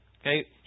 Okay